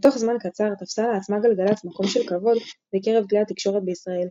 בתוך זמן קצר תפסה לעצמה גלגלצ מקום של כבוד בקרב כלי התקשורת בישראל,